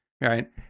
right